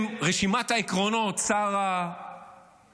הגיע עם רשימת העקרונות שר הביטחון,